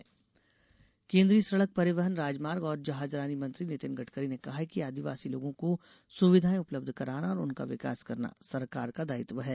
गडकरी केन्द्रीय सड़क परिवहन राजमार्ग और जहाजरानी मंत्री नितिन गडकरी ने कहा है कि आदिवासी लोगों को सुविधाएं उपलब्ध कराना और उनका विकास करना सरकार का दायित्व है